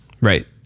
right